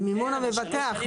במימון המבטח,